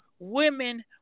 women